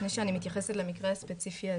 לפני שאני מתייחסת למקרה הספציפי הזה,